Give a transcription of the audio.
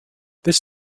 this